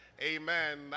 amen